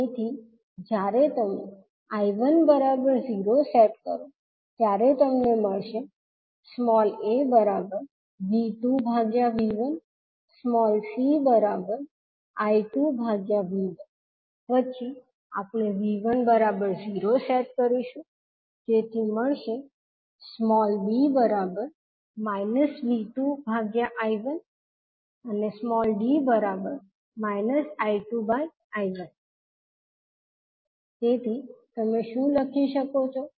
તેથી જ્યારે તમે 𝐈1 0 સેટ કરો ત્યારે તમને મળશે aV2V1 cI2V1 પછી આપણે 𝐕1 0 સેટ કરીશું જેથી મળશે b V2I1 d I2I1 તેથી તમે શું લખી શકો છો